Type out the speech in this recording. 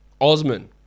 Osman